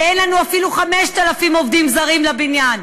ואין לנו אפילו 5,000 עובדים זרים לבניין.